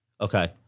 Okay